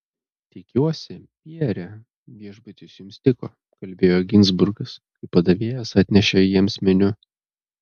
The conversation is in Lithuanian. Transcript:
tikiuosi pierre viešbutis jums tiko kalbėjo ginzburgas kai padavėjas atnešė jiems meniu